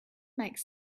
makes